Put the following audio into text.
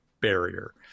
barrier